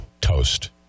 toast